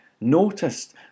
noticed